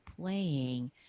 playing